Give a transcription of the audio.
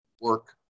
work